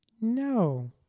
No